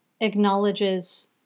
acknowledges